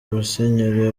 musenyeri